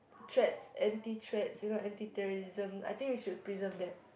threats anti threats you know anti terrorism I think we should preserve that